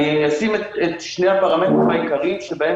אשים את שני הפרמטרים העיקריים שבהם